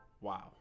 wow